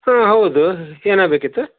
ಹಾಂ ಹೌದು ಏನು ಆಗಬೇಕಿತ್ತು